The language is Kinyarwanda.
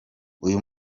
uyu